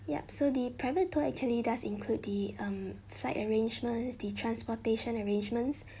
yup so the private tour actually does include the um flight arrangements the transportation arrangements